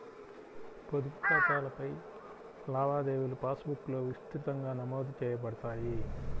పొదుపు ఖాతాలపై లావాదేవీలుపాస్ బుక్లో విస్తృతంగా నమోదు చేయబడతాయి